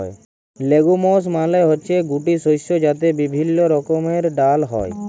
legumes মালে হচ্যে গুটি শস্য যাতে বিভিল্য রকমের ডাল হ্যয়